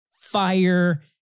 Fire